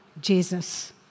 Jesus